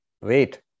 Wait